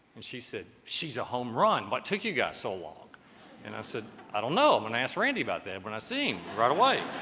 and she said she's a home run what took you guys so long and i said i don't know i'm and gonna ask randy about that but and i seen right away